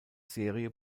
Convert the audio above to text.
serie